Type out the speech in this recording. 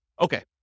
Okay